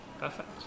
Perfect